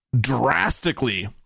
drastically